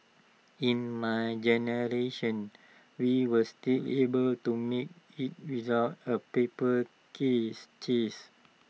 in my generation we were still able to make IT without A paper case chase